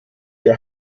der